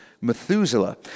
Methuselah